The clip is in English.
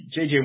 JJ